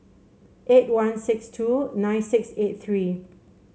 eight one six two nine six eight three